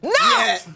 No